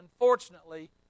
unfortunately